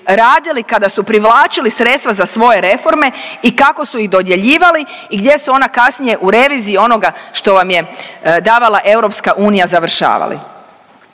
kada su privlačili sredstva za svoje reforme i kako su ih dodjeljivali i gdje su ona kasniji u reviziji onoga što vam je davala EU završavali.